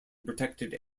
protected